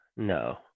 No